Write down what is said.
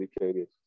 indicated